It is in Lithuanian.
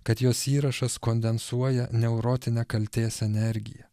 kad jos įrašas kondensuoja neurotinę kaltės energiją